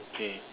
okay